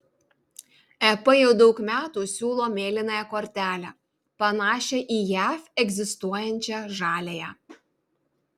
ep jau daug metų siūlo mėlynąją kortelę panašią į jav egzistuojančią žaliąją